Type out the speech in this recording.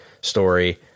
story